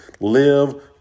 live